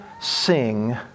sing